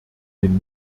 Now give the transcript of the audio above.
den